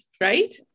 right